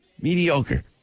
mediocre